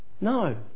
no